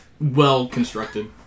well-constructed